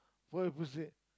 what was it